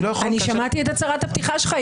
שמעתי את הצהרת הפתיחה שלך,